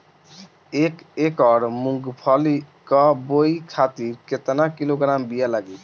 एक एकड़ मूंगफली क बोआई खातिर केतना किलोग्राम बीया लागी?